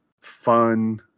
fun